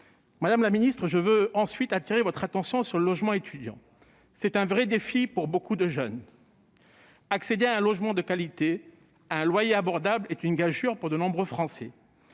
Madame la ministre, je souhaite attirer votre attention sur le logement étudiant, qui est un vrai défi pour beaucoup de jeunes. Accéder à un logement de qualité à un loyer abordable est une gageure pour de nombreux Français.